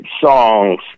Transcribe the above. songs